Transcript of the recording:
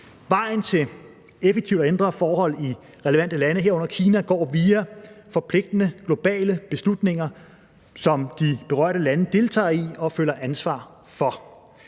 Vejen til effektivt at ændre forhold i relevante lande, herunder Kina, går via forpligtende globale beslutninger, som de berørte lande deltager i og føler ansvar for.